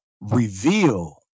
reveal